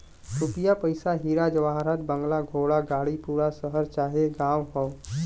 रुपिया पइसा हीरा जवाहरात बंगला घोड़ा गाड़ी पूरा शहर चाहे गांव हौ